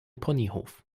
ponyhof